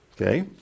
Okay